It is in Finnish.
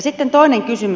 sitten toinen kysymys